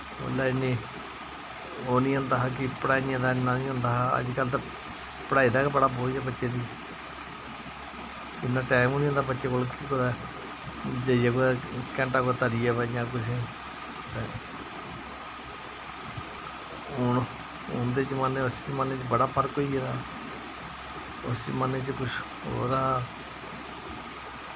उल्लै इन्नी ओह् निं होंदा कि पढ़ाइयें दा इन्ना निं होंदा हा अज्जकल ते पढ़ाई दा बी बड़ा बोझ ऐ बच्चें गी इन्ना टैम गै निं होंदा बच्चें कोल कि बच्चे जाइयै कुतै घैंटा इक तरी आवै जां किश हून हून दे जमान्ने बिच्च इस जमान्ने बिच्च बड़ा फर्क होई गेदा इस जमान्ने च कुछ होर ऐ